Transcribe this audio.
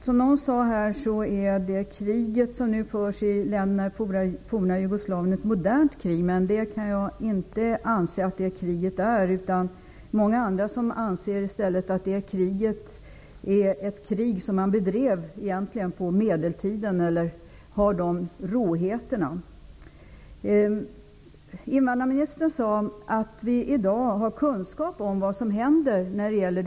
Herr talman! Någon sade här att kriget i det forna Jugoslavien är ett modernt krig. Det kan jag inte anse. Som många andra anser jag i stället att det kriget, med tanke på råheterna, är som ett krig på medeltiden. Invandrarministern sade att vi i dag har kunskap om vad som händer i Kosovo.